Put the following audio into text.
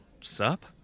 Sup